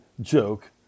joke